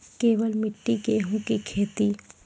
केवल मिट्टी गेहूँ की खेती?